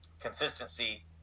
consistency